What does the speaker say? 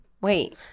Wait